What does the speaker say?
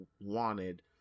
wanted